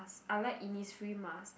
I like Innisfree mask